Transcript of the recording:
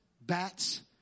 bats